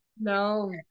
no